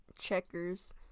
Checkers